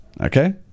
okay